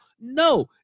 No